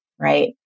right